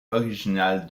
originale